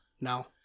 No